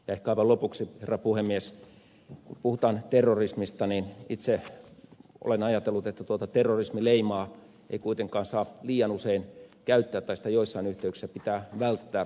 ehkä aivan lopuksi herra puhemies kun puhutaan terrorismista niin itse olen ajatellut että tuota terrorismileimaa ei kuitenkaan saa liian usein käyttää tai sitä joissain yhteyksissä pitää välttää